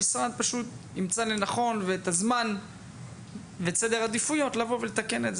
המשרד ימצא לנכון את הזמן וישים על סדר העדיפויות לבוא ולתקן את